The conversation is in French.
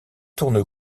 tourne